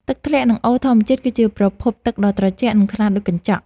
ទឹកធ្លាក់ និងអូរធម្មជាតិគឺជាប្រភពទឹកដ៏ត្រជាក់ និងថ្លាដូចកញ្ចក់។